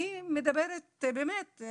אני מדברת באמת,